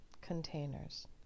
containers